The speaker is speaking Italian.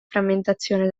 frammentazione